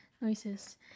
noises